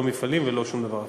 לא מפעלים ולא שום דבר אחר.